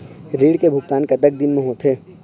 ऋण के भुगतान कतक दिन म होथे?